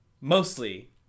Mostly